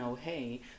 hey